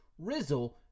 Rizzle